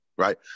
Right